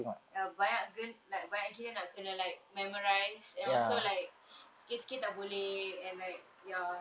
ya banyak ge~ like banyak gila like memorize and also like sikit-sikit tak boleh and like ya